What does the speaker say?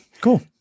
cool